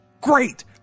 great